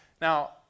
Now